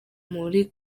muri